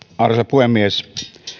puhemies